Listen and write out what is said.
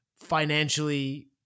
financially